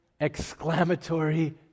exclamatory